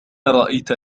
رأيت